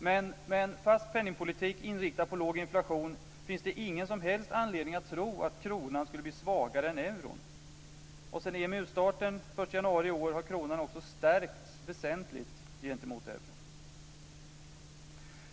Men med en fast penningpolitik inriktad på låg inflation finns det ingen som helst anledning att tro att kronan skulle bli svagare än euron. Sedan EMU-starten den 1 januari i år har kronan också stärkts väsentligt gentemot euron.